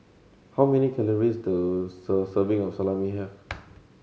how many calories does a serving of Salami have